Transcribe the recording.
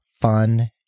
fun